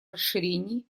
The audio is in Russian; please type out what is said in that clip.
расширении